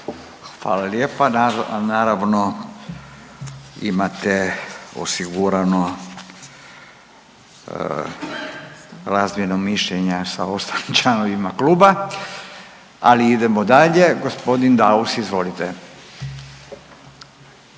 Hvala lijepa. Naravno, naravno imate osigurano razdvojena mišljenja sa ostalim članovima kluba, ali idemo dalje. Gospodin Daus izvolite.